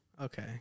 Okay